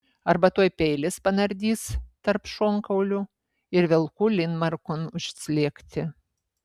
arba tuoj peilis panardys tarp šonkaulių ir velku linmarkon užslėgti